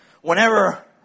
whenever